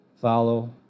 follow